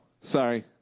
sorry